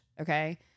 okay